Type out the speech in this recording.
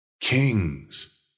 Kings